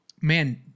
man –